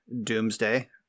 Doomsday